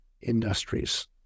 industries